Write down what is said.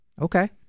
Okay